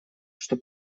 что